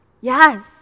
yes